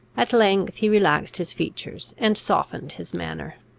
at length he relaxed his features, and softened his manner.